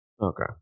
Okay